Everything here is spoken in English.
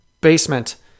basement